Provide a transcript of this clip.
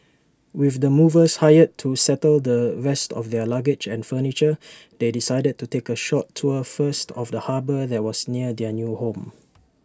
with the movers hired to settle the rest of their luggage and furniture they decided to take A short tour first of the harbour that was near their new home